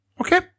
Okay